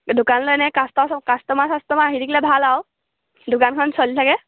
দোকানলৈ এনেই কাষ্টমাৰ চাষ্টমাৰ আহি থাকিলে ভাল আৰু দোকানখন চলি থাকে